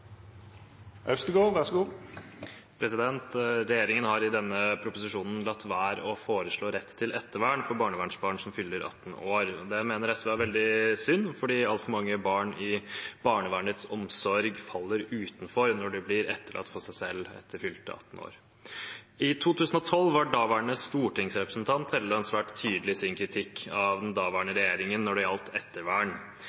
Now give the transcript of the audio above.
Regjeringen har i denne proposisjonen latt være å foreslå rett til ettervern for barnevernsbarn som fyller 18 år. Det mener SV er veldig synd fordi altfor mange barn i barnevernets omsorg faller utenfor når de blir overlatt til seg selv etter fylte 18 år. I 2012 var daværende stortingsrepresentant Hofstad Helleland svært tydelig i sin kritikk av den daværende